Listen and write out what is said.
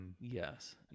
Yes